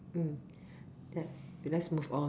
mm let let's move on